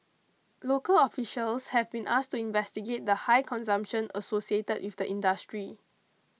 local officials have been asked to investigate the high consumption associated with the industry